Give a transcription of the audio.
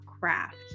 craft